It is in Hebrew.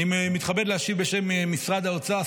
אני מתכבד להשיב בשם משרד האוצר,